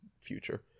future